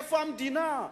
איפה המדינה?